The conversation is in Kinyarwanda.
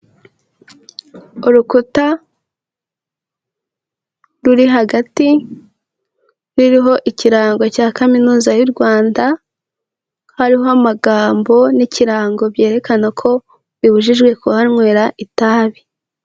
Urukuta ruri hagati, ruriho ikirango cya kaminuza y'u rwanda, hariho amagambo n'ikirango byerekana ko bibujijwe kuhanywera itabi.